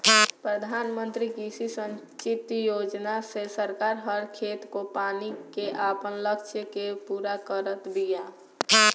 प्रधानमंत्री कृषि संचित योजना से सरकार हर खेत को पानी के आपन लक्ष्य के पूरा करत बिया